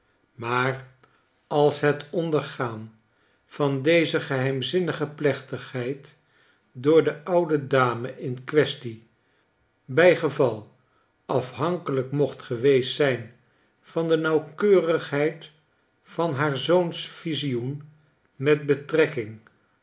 maar als het ondergaan van deze geheimzinnige plechtigheid door de oude dame in quaestie bijgeval af hankelijk mocht geweest zijn van de nauwkeurigheid van haar zoons visioen met betrekking